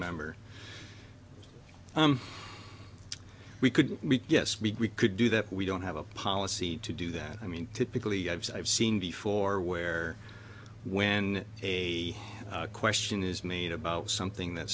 member we could yes we could do that we don't have a policy to do that i mean typically i've seen before where when a question is made about something that